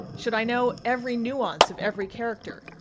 should i know every nuance of every character?